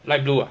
light blue ah